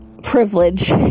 privilege